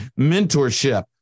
mentorship